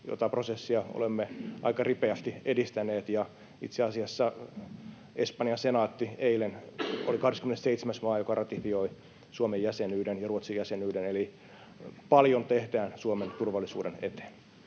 jota prosessia olemme aika ripeästi edistäneet. Itse asiassa Espanjan senaatti eilen oli 27. maa, joka ratifioi Suomen ja Ruotsin jäsenyyden. Eli paljon tehdään Suomen turvallisuuden eteen.